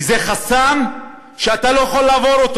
וזה חסם שאתה לא יכול לעבור.